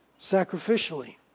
sacrificially